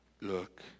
Look